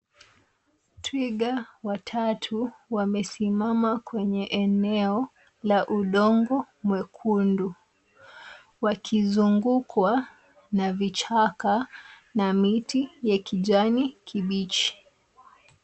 Twiga watatu wamesimama kwenye eneo la udongo mwekundu ,wakizungukwa na vichaka na miti ya kijani kibichi.